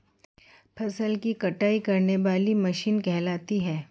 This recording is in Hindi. फसल की कटाई करने वाली मशीन कहलाती है?